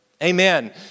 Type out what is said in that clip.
Amen